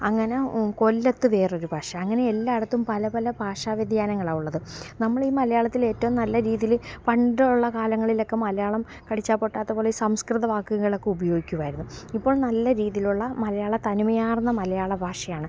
അങ്ങനെ കൊല്ലത്ത് വേറൊരു ഭാഷ അങ്ങനെ എല്ലായിടത്തും പല പല ഭാഷാ വ്യതിയാനങ്ങളാ ഉള്ളത് നമ്മൾ ഈ മലയാളത്തിൽ ഏറ്റവും നല്ല രീതിയിൽ പണ്ടുള്ള കാലങ്ങളിലൊക്കെ മലയാളം കടിച്ചാൽ പൊട്ടാത്ത പോലെ ഈ സംസ്കൃത വാക്കുകളൊക്കെ ഉപയോഗിക്കുമായിരുന്നു ഇപ്പോള് നല്ല രീതിയിലുള്ള മലയാള തനിമയാര്ന്ന മലയാള ഭാഷയാണ്